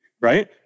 right